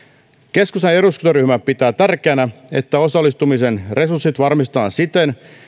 keskustan eduskuntaryhmä pitää tärkeänä että osallistumisen resurssit varmistetaan siten